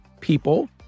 people